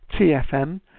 TFM